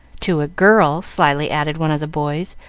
to a girl, slyly added one of the boys,